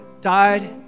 died